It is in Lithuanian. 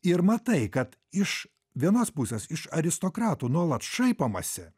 ir matai kad iš vienos pusės iš aristokratų nuolat šaipomasi